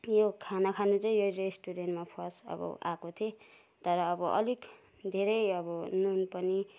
यो खाना खानु चाहिँ यो रेस्टुरेन्टमा फर्स्ट अब आएको थिएँ तर अब अलिक धेरै अब नुन पनि